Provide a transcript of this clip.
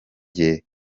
jye